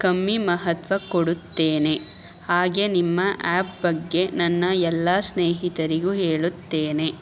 ಕಮ್ಮಿ ಮಹತ್ವ ಕೊಡುತ್ತೇನೆ ಹಾಗೆ ನಿಮ್ಮ ಆ್ಯಪ್ ಬಗ್ಗೆ ನನ್ನ ಎಲ್ಲ ಸ್ನೇಹಿತರಿಗೂ ಹೇಳುತ್ತೇನೆ